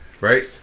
right